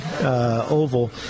oval